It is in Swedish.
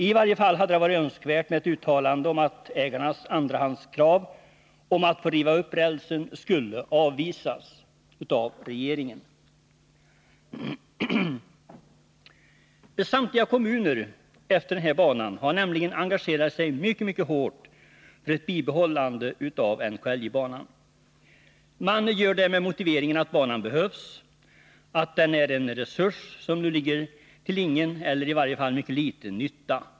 I varje fall hade det varit önskvärt med ett uttalande om att ägarnas andrahandskrav om att få riva upp rälsen skulle avvisas av regeringen. Samtliga kommuner efter banan har engagerat sig mycket hårt för ett bibehållande av NKLJ-banan. Man gör det med motiveringen att banan behövs och att den är en resurs som nu ligger tillingen eller i varje fall mycket liten nytta.